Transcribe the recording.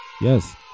yes